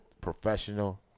Professional